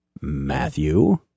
Matthew